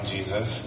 Jesus